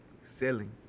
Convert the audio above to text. selling